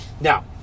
Now